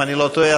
אם אני לא טועה,